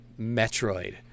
Metroid